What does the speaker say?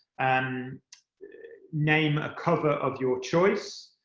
and name a cover of your choice.